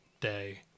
day